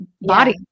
body